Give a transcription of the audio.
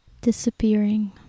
Disappearing